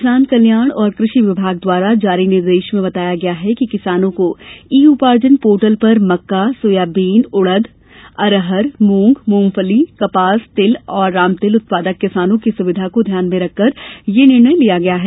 किसान कल्याण और कृषि विभाग द्वारा जारी निर्देश में बताया गया है कि किसानों को ई उपार्जन पोर्टल पर मक्का सोयाबीन मूंग उड़द अरहर मूंगफली कपास तिल और रामतिल उत्पादक किसानों की सुविधा को ध्यान में रखकर ये निर्णय लिया गया है